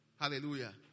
Hallelujah